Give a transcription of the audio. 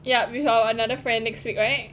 yah with our another friend next week right